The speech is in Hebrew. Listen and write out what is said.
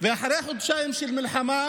אחרי חודשיים של מלחמה,